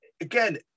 again